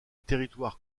territoire